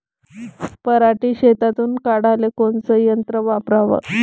पराटी शेतातुन काढाले कोनचं यंत्र वापराव?